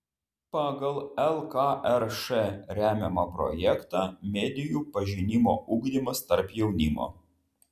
pagal lkrš remiamą projektą medijų pažinimo ugdymas tarp jaunimo